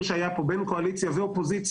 שהיה פה בין חלקים בקואליציה לבין אופוזיציה,